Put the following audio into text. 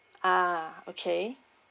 ah okay